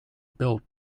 built